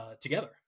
together